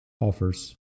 offers